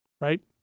right